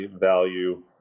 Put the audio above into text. value